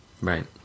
right